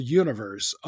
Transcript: universe